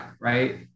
right